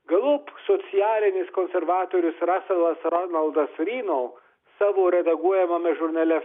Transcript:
galop socialinis konservatorius raselas ronaldas ryno savo redaguojamame žurnale